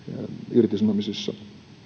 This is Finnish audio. irtisanomisissa